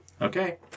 Okay